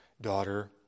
daughter